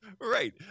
Right